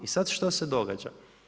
I sad što se događa?